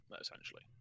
essentially